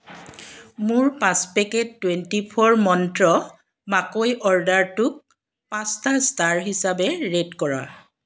মোৰ পাঁচ packet twenty four মন্ত্ৰ মাকৈ অৰ্ডাৰটোক পাঁচটা ষ্টাৰ হিচাপে ৰে'ট কৰা